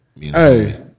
Hey